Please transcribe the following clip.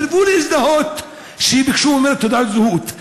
סירבו להזדהות כשביקשו מהם תעודת זהות.